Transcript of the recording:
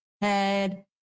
Head